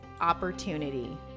opportunity